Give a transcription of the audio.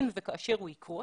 אם וכאשר הוא יקרוס,